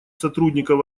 сотрудников